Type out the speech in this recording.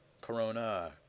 corona